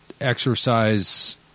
exercise